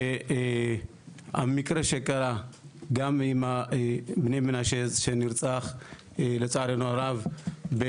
שהמקרה שקרה גם עם הנער מבני מנשה שנרצח לצערנו הרב.